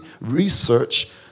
research